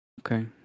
Okay